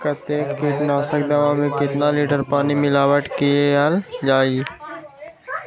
कतेक किटनाशक दवा मे कितनी लिटर पानी मिलावट किअल जाई?